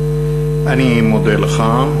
אני מודה לך.